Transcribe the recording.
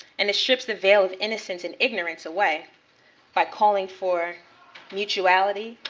and it strips the veil of innocence and ignorance away by calling for mutuality,